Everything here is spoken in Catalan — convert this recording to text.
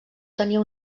tenia